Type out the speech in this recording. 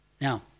Now